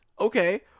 Okay